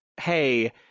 hey